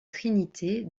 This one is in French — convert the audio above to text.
trinité